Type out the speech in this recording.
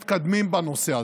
מתקדמים בנושא הזה.